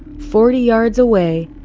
forty yards away,